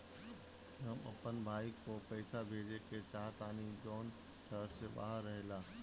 हम अपन भाई को पैसा भेजे के चाहतानी जौन शहर से बाहर रहेला